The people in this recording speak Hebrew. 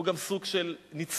הוא גם סוג של ניצול.